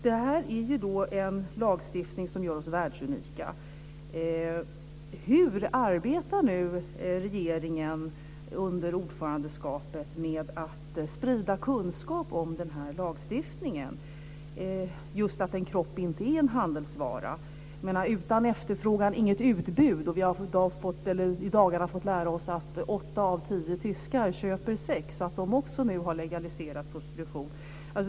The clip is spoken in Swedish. Det här är en lagstiftning som gör oss världsunika. Hur arbetar nu regeringen under ordförandeskapet med att sprida kunskap om den här lagstiftningen, om just detta att en kropp inte är en handelsvara? Utan efterfrågan inget utbud. Vi har i dagarna fått lära oss att åtta av tio tyskar köper sex och att de också nu har legaliserat prostitution.